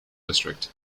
district